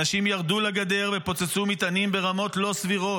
אנשים ירדו לגדר ופוצצו מטענים ברמות לא סבירות.